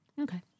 Okay